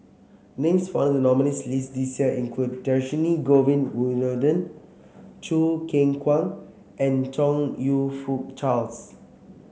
names found the nominees' list this year include Dhershini Govin Winodan Choo Keng Kwang and Chong You Fook Charles